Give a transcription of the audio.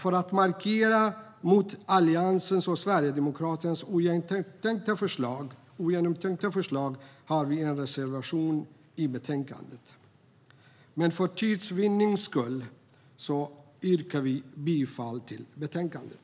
För att markera mot Alliansens och Sverigedemokraternas ogenomtänkta förslag har vi en reservation i betänkandet, men för tids vinnande yrkar vi bifall till förslaget i betänkandet.